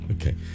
Okay